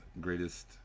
greatest